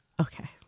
Okay